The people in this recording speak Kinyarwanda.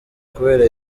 kubera